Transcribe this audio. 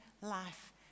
life